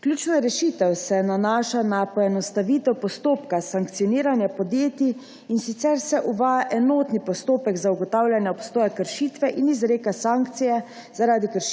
Ključna rešitev se nanaša na poenostavitev postopka sankcioniranja podjetij, in sicer se uvaja enoten postopek za ugotavljanje obstoja kršitve in izreka sankcije zaradi kršitve